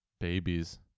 babies